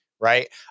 right